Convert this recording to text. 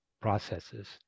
processes